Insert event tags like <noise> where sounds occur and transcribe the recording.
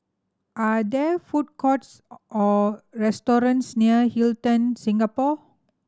are there food courts <unintelligible> or restaurants near Hilton Singapore